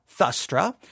Thustra